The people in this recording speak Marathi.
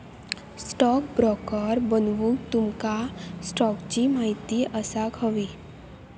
स्टॉकब्रोकर बनूक तुमका स्टॉक्सची महिती असाक व्हयी